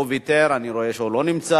הוא ויתר, אני רואה שהוא לא נמצא.